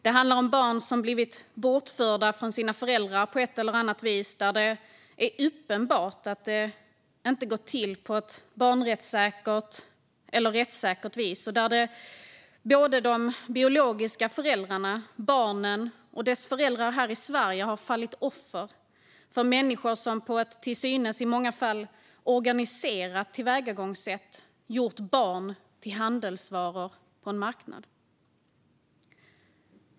Det handlar om barn som blivit bortförda från sina föräldrar på ett eller annat vis, där det är uppenbart att det inte gått till på ett barnrättssäkert eller rättssäkert vis och där både de biologiska föräldrarna, barnen och deras föräldrar här i Sverige har fallit offer för människor som på ett till synes och i många fall organiserat tillvägagångssätt gjort barn till handelsvaror på en marknad.